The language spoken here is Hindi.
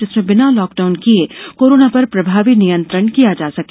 जिसमें बिना लॉकडाउन किये कोरोना पर प्रभावी नियंत्रण किया जा सके